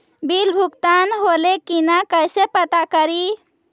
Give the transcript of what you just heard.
Bill भुगतान होले की न कैसे पता करी?